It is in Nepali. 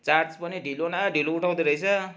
चार्ज पनि ढिलो न ढिलो उठाउँदो रहेछ